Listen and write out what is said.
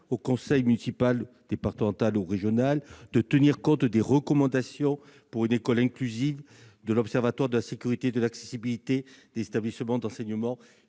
au conseil municipal, départemental ou régional de tenir compte des recommandations pour une école inclusive de l'Observatoire national de la sécurité et de l'accessibilité des établissements d'enseignement.